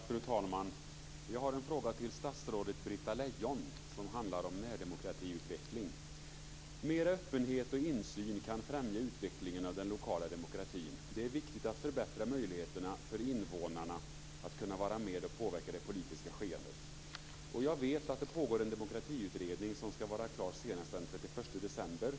Fru talman! Jag har en fråga till statsrådet Britta Lejon som handlar om utvecklingen av närdemokrati. Mer öppenhet och insyn kan främja utvecklingen av den lokala demokratin. Det är viktigt att förbättra möjligheterna för invånarna att vara med och påverka det politiska skeendet. Jag vet att det pågår en demokratiutredning som skall vara klar senast den 31 december.